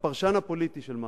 לפרשן הפוליטי של "מעריב",